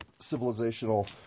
civilizational